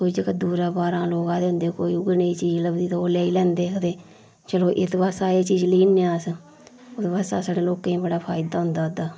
ओह् जेह्ड़े दूरा बाह्रा लोग आए दे होंदे कोई उऐ नेही चीज़ लभदी ते ओह् लेई लैंदे ते चलो इत्त पास्सै आए ते चीज़ लेई जन्ने अस ओह्दे वास्तै साढ़े लोकें गी बड़ा फ़ायदा होंदा एह्दा